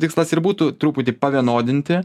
tikslas ir būtų truputį pavienodinti